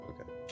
Okay